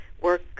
work